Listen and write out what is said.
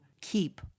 keep